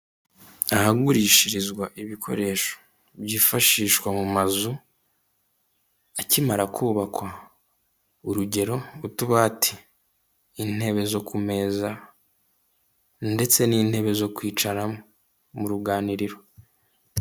Ahagurishirizwa ibikoresho byifashishwa mu mazu akimara kubakwa. Urugero : utubati, intebe zo ku meza, ndetse n'intebe zo kwicaramo mu ruganiriro.